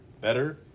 better